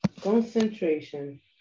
concentration